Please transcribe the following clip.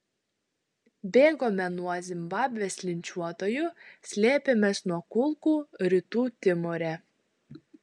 bėgome nuo zimbabvės linčiuotojų slėpėmės nuo kulkų rytų timore